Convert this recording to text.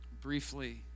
briefly